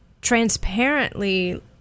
transparently